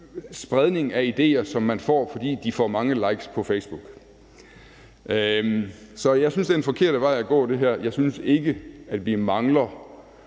spreder de idéer, som de har, fordi de får mange likes på Facebook. Så jeg synes, at det her er den forkerte vej at gå. Jeg synes ikke, at vi mangler